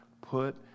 put